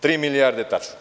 Tri milijarde tačno.